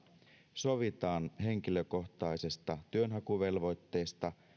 sovitaan henkilökohtaisesta työnhakuvelvoitteesta